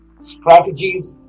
strategies